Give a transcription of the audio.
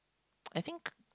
I think